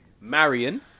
Marion